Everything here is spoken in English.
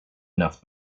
enough